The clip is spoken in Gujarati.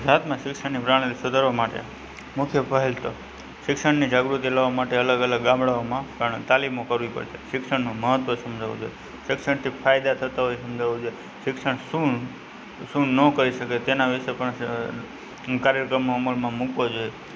ગુજરાતમાં શિક્ષણની પ્રણાલી સુધારવા માટે મુખ્ય પહેલ તો શિક્ષણની જાગૃતિ લાવવા માટે અલગ અલગ ગામડાઓમાં તાલીમો કરવી પડશે શિક્ષણનું મહત્ત્વ સમજાવવું જોઈએ શિક્ષણથી ફાયદા થતા હોય તે સમજાવું જોઈએ શિક્ષણ શું શું ન કરી શકે તેના વિશે પણ કાર્યક્રમ અમલમાં મુકવા જોઈએ